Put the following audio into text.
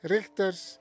Richters